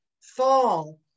fall